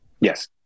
Yes